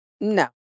No